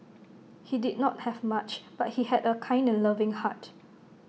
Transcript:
he did not have much but he had A kind and loving heart